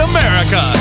America